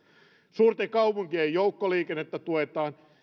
suurten kaupunkien joukkoliikennettä tuetaan